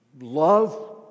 Love